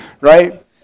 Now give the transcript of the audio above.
Right